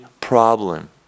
problem